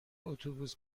اتوبوس